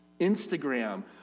Instagram